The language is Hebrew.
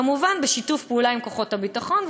כמובן בשיתוף פעולה עם כוחות הביטחון,